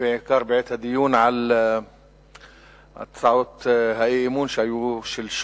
ובעיקר בעת הדיון על הצעות האי-אמון שלשום.